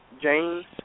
James